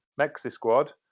Mexi-Squad